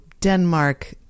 Denmark